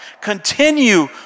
Continue